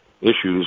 issues